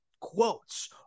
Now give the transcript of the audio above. quotes